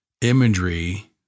imagery